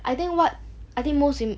I think what I think most in